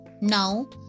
Now